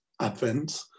Advent